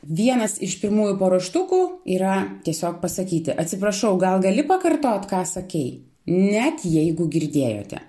vienas iš pirmųjų paruoštukų yra tiesiog pasakyti atsiprašau gal gali pakartot ką sakei net jeigu girdėjote